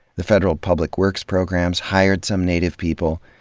the federal public works programs hired some native people,